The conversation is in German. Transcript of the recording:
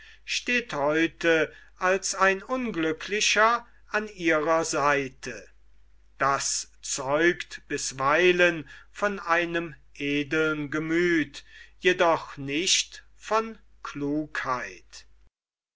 steht heute als ein unglücklicher an ihrer seite das zeugt bisweilen von einem edeln gemüth jedoch nicht von klugheit